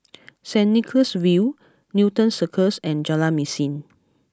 Saint Nicholas View Newton Circus and Jalan Mesin